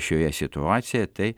šioje situacijoje tai